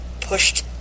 pushed